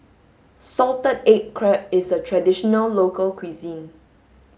salted egg crab is a traditional local cuisine